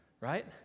right